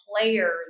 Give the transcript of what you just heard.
players